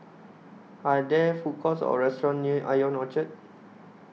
Are There Food Courts Or restaurants near Ion Orchard